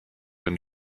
and